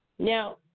Now